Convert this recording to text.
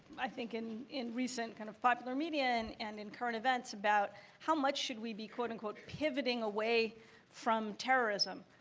i think, in in recent kind of popular media media and in current events about how much should we be, quote, unquote, pivoting away from terrorism?